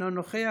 אינו נוכח.